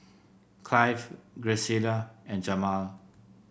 Clive Graciela and Jamaal